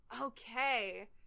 Okay